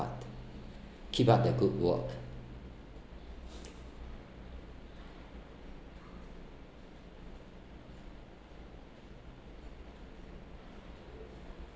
keep up the good work